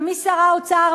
ומי שר האוצר,